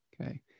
Okay